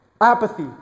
apathy